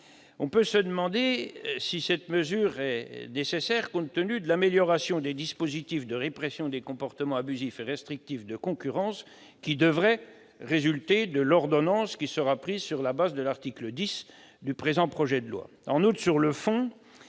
cet amendement est bien nécessaire, compte tenu de l'amélioration des dispositifs de répression des comportements abusifs et restrictifs de concurrence qui devraient résulter de l'ordonnance qui sera prise sur la base de l'article 10 de ce projet de loi. En outre, sur le fond-